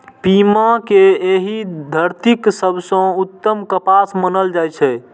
पीमा कें एहि धरतीक सबसं उत्तम कपास मानल जाइ छै